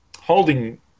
holding